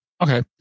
Okay